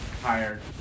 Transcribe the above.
tired